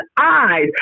eyes